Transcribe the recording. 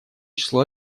число